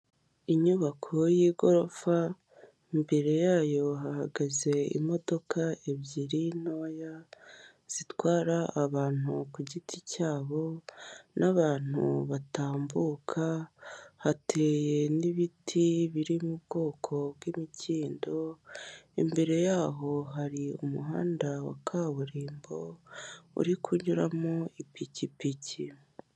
Inyubako ndende y'igorofa yubatse ku muhanda. Imbere yayo hari abantu batambuka ndetse n'ibinyabiziga biri mu muhanda wa kaburimbo.